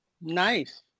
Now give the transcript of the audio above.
Nice